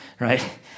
right